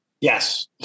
Yes